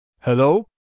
Hello